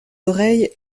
oreilles